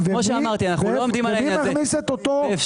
אנחנו לא עומדים על העניין הזה.